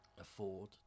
afford